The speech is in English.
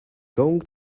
going